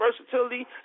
versatility